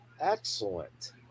Excellent